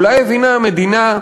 אולי הבינה המדינה,